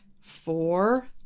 four